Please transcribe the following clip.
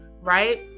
right